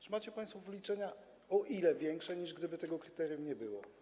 Czy macie państwo wyliczenia, o ile większe, niż gdyby tego kryterium nie było?